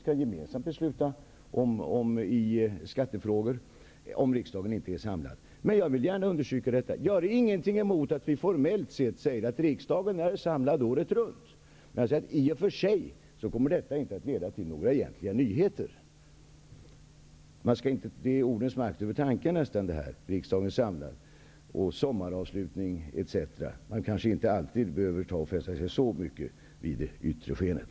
De kan gemensamt besluta i skattefrågor om riksdagen inte är samlad. Jag vill gärna understryka att jag inte har något emot att vi formellt säger att riksdagen är samlad året runt. Detta kommer inte att leda till några egentliga nyheter. Detta är nästan ordens makt över tanken. Man kanske inte alltid behöver fästa sig så mycket vid det yttre skenet.